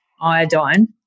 iodine